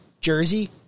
Jersey